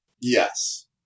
Yes